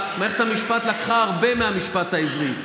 מערכת המשפט לקחה הרבה מהמשפט העברי,